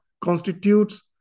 constitutes